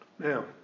Now